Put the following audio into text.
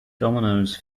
dominoes